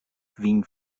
kvin